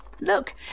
Look